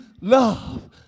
love